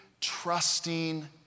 trusting